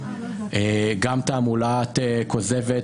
גם תעמולה כוזבת,